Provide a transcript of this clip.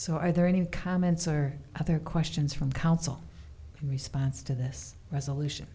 so are there any comments or other questions from counsel response to this resolution